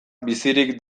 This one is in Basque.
bizirik